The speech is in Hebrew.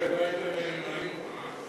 אחרת לא הייתם מעלים אותה.